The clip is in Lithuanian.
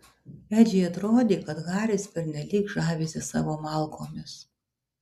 edžiui atrodė kad haris pernelyg žavisi savo malkomis